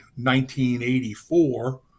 1984